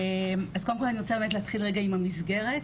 אני רוצה להתחיל עם המסגרת.